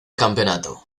campeonato